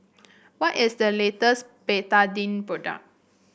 what is the latest Betadine product